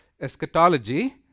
eschatology